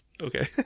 okay